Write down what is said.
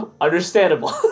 understandable